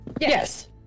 Yes